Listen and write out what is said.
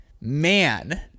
Man